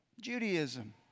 Judaism